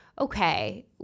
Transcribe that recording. okay